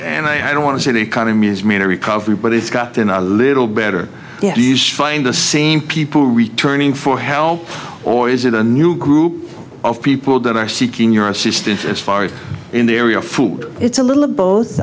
and i don't want to say the economy's made a recovery but it's gotten a little better find the same people returning for help or is it a new group of people that are seeking your assistance as far as in the area of food it's a little of both